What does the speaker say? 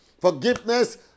Forgiveness